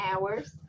hours